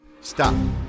stop